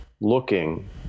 looking